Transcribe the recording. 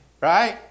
Right